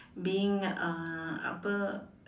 being uh apa